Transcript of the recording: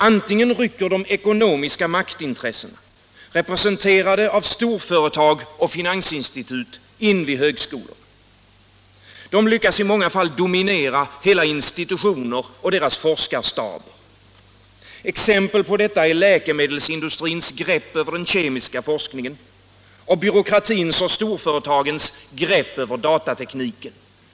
Ofta rycker de ekonomiska maktintressena, representerade av storföretag och finansinstitut, in vid högskolorna. De lyckas i många fall dominera hela institutioner och dessas forskarstab. Exempel på detta är läkemedelsindustrins grepp över den kemiska forskningen och byråkratins och storföretagens grepp över datatekniken.